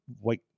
wait